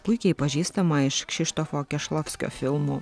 puikiai pažįstama iš kšištofo kešlofskio filmų